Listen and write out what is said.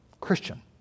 Christian